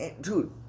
dude